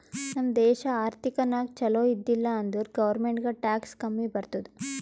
ನಮ್ ದೇಶ ಆರ್ಥಿಕ ನಾಗ್ ಛಲೋ ಇದ್ದಿಲ ಅಂದುರ್ ಗೌರ್ಮೆಂಟ್ಗ್ ಟ್ಯಾಕ್ಸ್ ಕಮ್ಮಿ ಬರ್ತುದ್